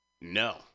No